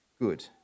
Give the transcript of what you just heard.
good